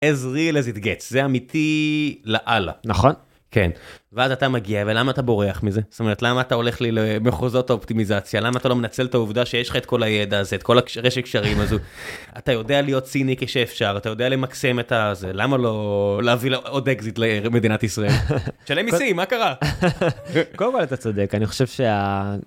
עזרי לזדגץ זה אמיתי לעלה נכון כן ואז אתה מגיע למה אתה בורח מזה זאת אומרת למה אתה הולך לי למחוזות אופטימיזציה למה אתה לא מנצל את העובדה שיש לך את כל הידע הזה את כל הרשת הקשרים הזו, אתה יודע להיות סיניק אי שאפשר אתה יודע למקסם את זה למה לא להביא עוד אקזיט למדינת ישראל שלם מיסים מה קרה? קודם כל אתה צודק אני חושב שה...